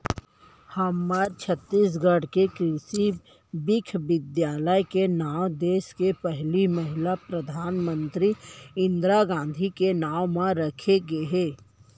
हमर छत्तीसगढ़ के कृषि बिस्वबिद्यालय के नांव देस के पहिली महिला परधानमंतरी इंदिरा गांधी के नांव म राखे गे हे